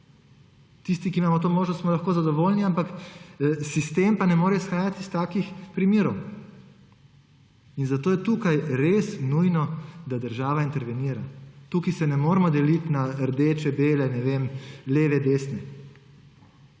Tisti, ki imamo to možnost, smo lahko zadovoljni, sistem pa ne more izhajati iz takih primerov. In zato je tukaj res nujno, da država intervenira. Tukaj se ne moremo deliti na rdeče, bele, ne vem, leve,